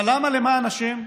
אבל למה, למען השם,